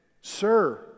Sir